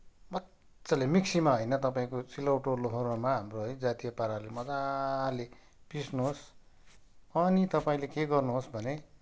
मजाले मिक्सीमा होइन तपाईँको सिलौटो लोहोरोमा हाम्रो है जातीय पाराले मजाले पिस्नुहोस् अनि तपाईँले के गर्नुहोस् भने